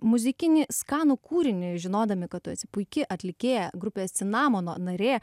muzikinį skanų kūrinį žinodami kad tu esi puiki atlikėja grupės cinamono narė